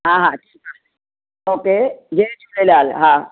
हा हा ठीकु आहे ओके जय झूलेलाल हा